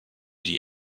die